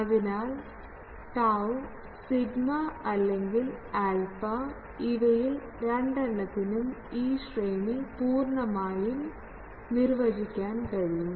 അതിനാൽ tau sigma അല്ലെങ്കിൽ alpha ഇവയിൽ രണ്ടെണ്ണത്തിനും ഈ ശ്രേണി പൂർണ്ണമായും നിർവചിക്കാൻ കഴിയും